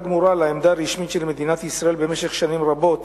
גמורה לעמדה הרשמית של מדינת ישראל במשך שנים רבות,